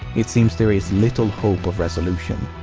it seems there is little hope of resolution.